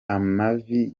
amabi